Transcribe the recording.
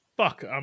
Fuck